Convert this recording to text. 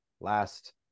last